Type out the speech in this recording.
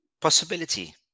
Possibility